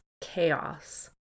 chaos